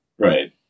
Right